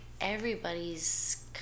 everybody's